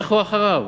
לכו אחריו.